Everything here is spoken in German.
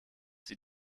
sie